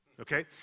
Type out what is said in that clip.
okay